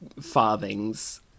farthings